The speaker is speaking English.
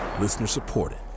Listener-supported